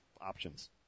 options